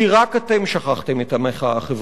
כי רק אתם שכחתם את המחאה החברתית.